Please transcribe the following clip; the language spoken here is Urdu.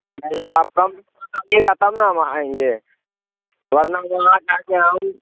جی آپ کم کرے گا تب نہا ہم آئیں گے ورنہ وہاں تک ہم آئیں